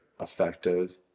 effective